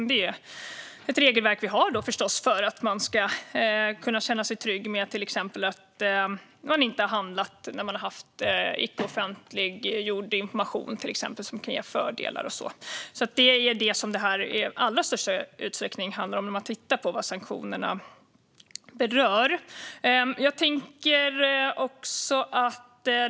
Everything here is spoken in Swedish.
Detta är ett regelverk vi har för att man ska kunna känna sig trygg till exempel med att människor inte har handlat när de har haft icke offentliggjord information som kan ge fördelar. Den som tittar på vad sanktionerna berör ser att detta är vad det i allra största utsträckning handlar om.